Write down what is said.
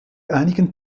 einigen